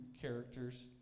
characters